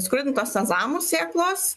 skrudintos sezamų sėklos